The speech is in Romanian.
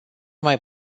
mai